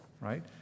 right